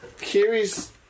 Kiri's